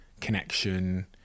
connection